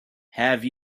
have